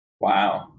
Wow